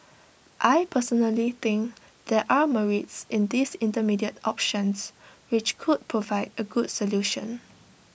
I personally think there are merits in these intermediate options which could provide A good solution